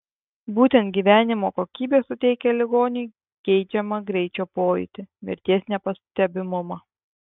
būtent gyvenimo kokybė suteikia ligoniui geidžiamą greičio pojūtį mirties nepastebimumą